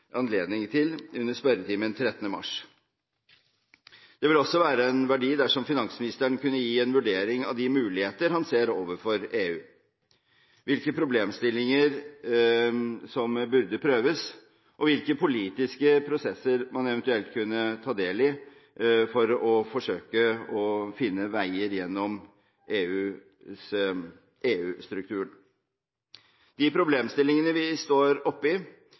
anledning til i spørretimen 13. mars. Det vil også være av verdi om finansministeren kunne gi en vurdering av de muligheter han ser overfor EU. Hvilke problemstillinger bør prøves, og hvilke politiske prosesser kan man eventuelt ta del i for å forsøke å finne veier gjennom EU-strukturen? De problemstillingene vi står